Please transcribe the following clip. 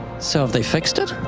so, have they fixed it?